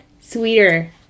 sweeter